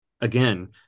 Again